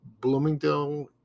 Bloomingdale